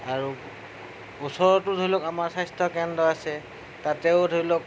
আৰু ওচৰতো ধৰি লওক আমাৰ স্বাস্থ্যকেন্দ্ৰ আছে তাতেও ধৰিলওক